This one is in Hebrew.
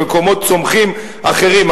במקומות צומחים אחרים,